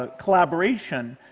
ah collaboration.